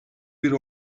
bir